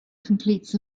completes